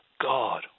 God